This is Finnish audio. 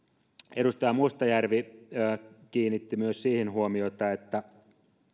edustaja mustajärvi kiinnitti myös siihen huomiota että